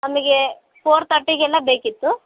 ನಮಗೆ ಫೋರ್ ತರ್ಟಿಗೆಲ್ಲ ಬೇಕಿತ್ತು